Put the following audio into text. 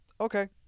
okay